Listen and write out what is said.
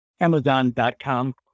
Amazon.com